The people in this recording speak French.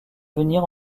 venir